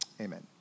amen